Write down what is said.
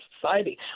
society